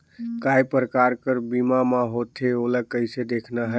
काय प्रकार कर बीमा मा होथे? ओला कइसे देखना है?